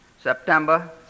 September